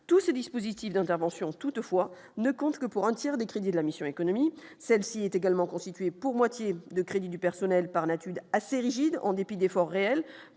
tous ces dispositifs d'intervention, toutefois, ne compte que pour un tiers des crédits de la mission économie, celle-ci est également constitué pour moitié de crédit du personnel par nature assez rigide, en dépit d'efforts réels